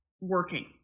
working